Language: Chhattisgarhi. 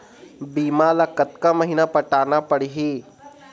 बीमा ला कतका महीना पटाना पड़ही?